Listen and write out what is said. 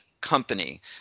company